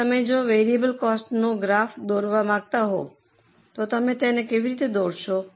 હવે જો તમે વેરિયેબલ કોસ્ટનો ગ્રાફ દોરવા માંગતા હો તો તમે તેને કેવી રીતે દોરશો